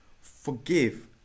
forgive